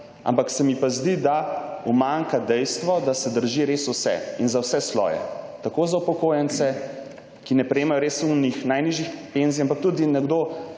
ampak se mi pa zdi, da umanjka dejstvo, da se drži res vse in za vse sloje, tako za upokojence, ki ne prejemajo res unih najnižjih penzij, ampak tudi nekdo